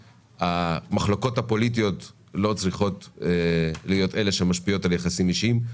המחלוקות הפוליטיות לא צריכות להשפיע על יחסים אישיים.